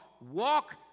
Walk